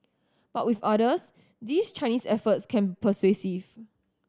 but with others these Chinese efforts can persuasive